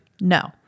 No